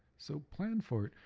so plan for it,